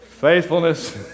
faithfulness